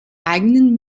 eigenen